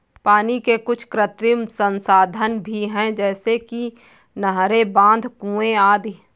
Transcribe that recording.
पानी के कुछ कृत्रिम संसाधन भी हैं जैसे कि नहरें, बांध, कुएं आदि